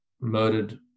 murdered